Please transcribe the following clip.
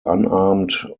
unarmed